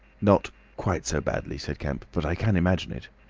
not quite so badly, said kemp, but i can imagine it.